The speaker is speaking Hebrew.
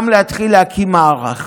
גם להתחיל להקים מערך.